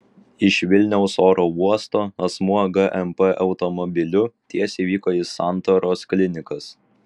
iš vilniaus oro uosto asmuo gmp automobiliu tiesiai vyko į santaros klinikas